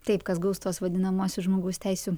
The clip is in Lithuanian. taip kas gaus tuos vadinamuosius žmogaus teisių